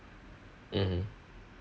mmhmm